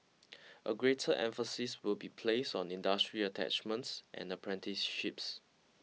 a greater emphasis will be placed on industry attachments and apprenticeships